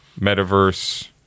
metaverse